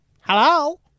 Hello